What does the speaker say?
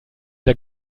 der